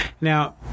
Now